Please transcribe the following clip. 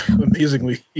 Amazingly